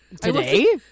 Today